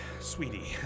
Sweetie